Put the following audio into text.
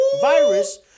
virus